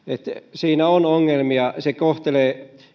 siinä on ongelmia se kohtelee